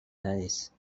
alice